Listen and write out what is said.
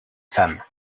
femme